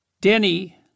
Denny